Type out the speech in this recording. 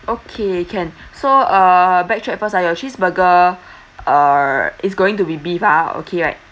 okay can so uh back track first ah your cheeseburger uh is going to be beef ah okay right